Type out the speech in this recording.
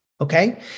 Okay